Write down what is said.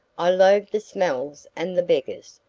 i loathe the smells and the beggars.